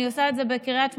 אני עושה את זה בקריית שמונה,